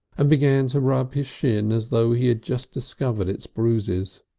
and began to rub his shin as though he had just discovered its bruises.